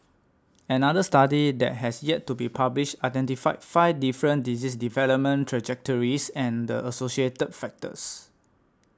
another study that has yet to be published identified five different disease development trajectories and the associated factors